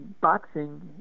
boxing